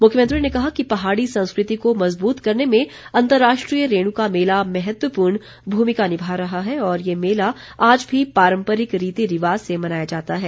मुख्यमंत्री ने कहा कि पहाड़ी संस्कृति को मजबूत करने में अंतर्राष्ट्रीय रेणुका मेला महत्वपूर्ण भूमिका निभा रहा है और ये मेला आज भी पारम्परिक रीति रिवाज़ से मनाया जाता है